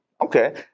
Okay